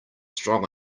strong